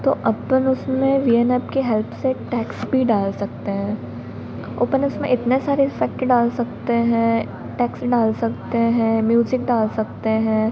तो अपन उसमें वी एन ऐप की हेल्प से टेक्स भी डाल सकते हैं ओपन उसमें इतने सारे इफ़ेक्ट डाल सकते हैं टेक्स डाल सकते हैं म्यूज़िक डाल सकते हैं